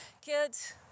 kids